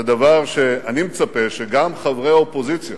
זה דבר שאני מצפה שגם חברי האופוזיציה,